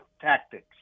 tactics